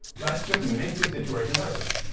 let's just make the situation better for them.